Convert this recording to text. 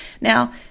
now